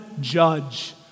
judge